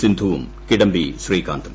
സിന്ധുവും കിഡംബി ശ്രീകാന്തും